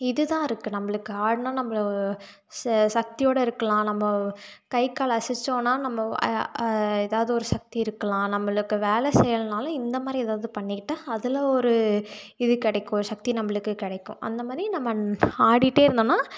இதுதான் இருக்குது நம்மளுக்கு ஆடினால் நம்ம ச சக்தியோடு இருக்கலாம் நம்ம கைகால் அசைத்தோனா நம்ம ஏதாவது ஒரு சக்தி இருக்கலாம் நம்மளுக்கு வேலை செய்லைனாலும் இந்த மாதிரி ஏதாவது பண்ணிக்கிட்டால் அதில் ஒரு இது கிடைக்கும் சக்தி நம்மளுக்கு கிடைக்கும் அந்தமாதிரி நம்ம ஆடிகிட்டே இருந்தோம்னால்